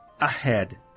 ahead